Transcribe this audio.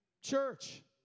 Church